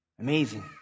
Amazing